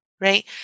right